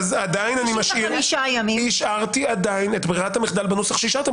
עדיין השארתי את ברירת המחדל בנוסח שהשארתם.